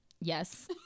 yes